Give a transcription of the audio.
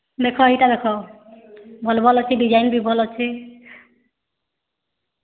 ଦେଖ ଇଟା ଦେଖ ଭଲ୍ ଭଲ୍ ଅଛି ଡିଜାଇନ୍ ବି ଭଲ୍ ଅଛେ